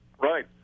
Right